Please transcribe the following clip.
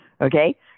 okay